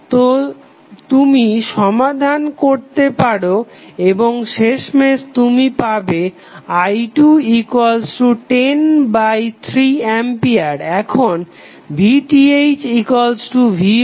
তো তুমি সমাধান করতে পারো এবং শেষমেশ তুমি পাবে i2103 A